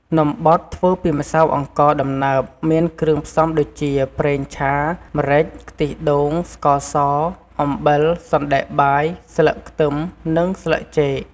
នំបត់ធ្វើពីម្សៅអង្ករដំណើបមានគ្រឿងផ្សំុដូចជាប្រេងឆា ម្រេច ខ្ទិះដូង ស្ករស អំបិល សណ្តែកបាយ ស្លឹកខ្ទឹម និងស្លឹកចេក។